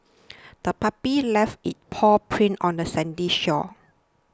the puppy left its paw prints on the sandy shore